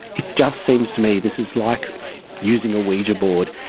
it just seems to me this is like using a ouija board.